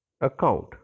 account